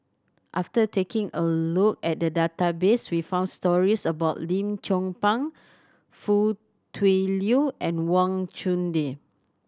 after taking a look at the database we found stories about Lim Chong Pang Foo Tui Liew and Wang Chunde